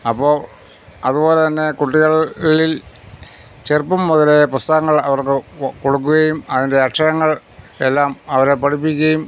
അപ്പോള് അതുപോലെതന്നെ കുട്ടിക ളിൽ ചെറുപ്പം മുതലേ പുസ്തകങ്ങൾ അവർക്ക് കൊ കൊടുക്കുകയും അതിന്റെ അക്ഷരങ്ങൾ എല്ലാം അവരെ പഠിപ്പിക്കുകയും